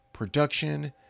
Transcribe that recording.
production